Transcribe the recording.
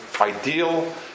ideal